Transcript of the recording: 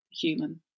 human